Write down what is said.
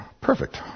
Perfect